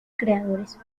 creadores